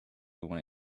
when